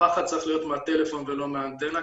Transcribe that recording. הפחד צריך להיות מהטלפון ולא מהאנטנה.